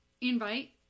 invite